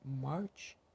March